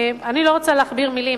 אני לא רוצה להכביר מלים,